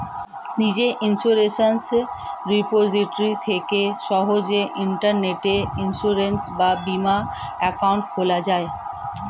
নিজের insurance repository থেকে সহজেই ইন্টারনেটে ইন্সুরেন্স বা বীমা অ্যাকাউন্ট খোলা যায়